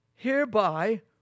Hereby